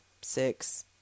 six